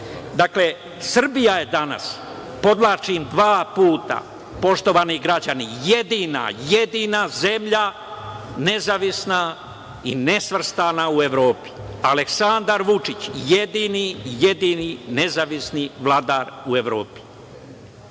potom. Dakle, Srbija je danas, podvlačim dva puta, poštovani građani, jedina zemlja nezavisna i nesvrstana u Evropi. Aleksandar Vučić je jedini nezavisni vladar u Evropi.